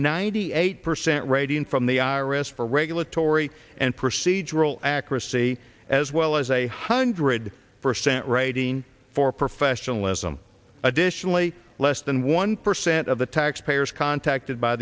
ninety eight percent rating from the i r s for regulatory and procedural accuracy as well as a hundred percent rating for professional additionally less than one percent of the tax payers contacted by